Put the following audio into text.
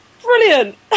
Brilliant